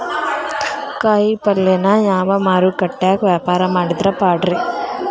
ಕಾಯಿಪಲ್ಯನ ಯಾವ ಮಾರುಕಟ್ಯಾಗ ವ್ಯಾಪಾರ ಮಾಡಿದ್ರ ಪಾಡ್ರೇ?